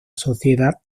sociedad